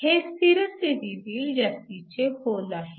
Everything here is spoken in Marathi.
हे स्थिर स्थितीतील जास्तीचे होल आहेत